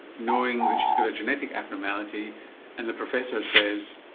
knowing that she's got a genetic abnormality and the professor says,